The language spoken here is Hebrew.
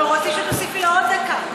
אנחנו רוצים שתוסיפי לו עוד דקה.